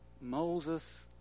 Moses